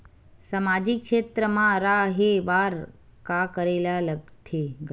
सामाजिक क्षेत्र मा रा हे बार का करे ला लग थे